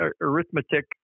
arithmetic